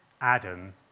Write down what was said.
Adam